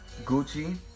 gucci